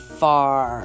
far